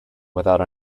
without